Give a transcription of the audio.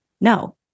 no